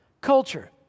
culture